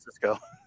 Francisco